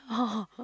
oh